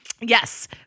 Yes